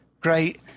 great